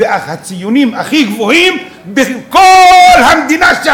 אך הציונים שם הם הגבוהים בכל המדינה.